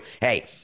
hey